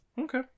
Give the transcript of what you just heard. Okay